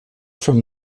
from